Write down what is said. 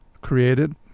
created